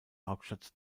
hauptstadt